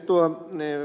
tuo ed